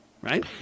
right